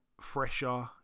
fresher